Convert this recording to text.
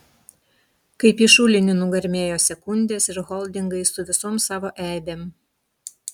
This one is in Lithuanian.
kaip į šulinį nugarmėjo sekundės ir holdingai su visom savo eibėm